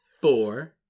Four